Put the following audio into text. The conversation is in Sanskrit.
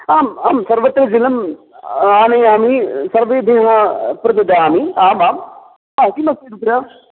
आम् अहं सर्वत्र जलम् आनयामि सर्वेभ्यः प्रददामि आम् आं किमस्ति तत्र